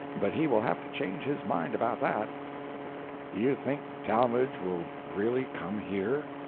but he will have to change his mind about that. do you think talmage will really come here?